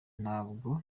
ntabwo